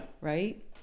right